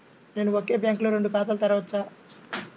నేను ఒకే బ్యాంకులో రెండు ఖాతాలు తెరవవచ్చా?